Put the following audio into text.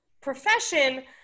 profession